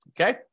okay